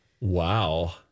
wow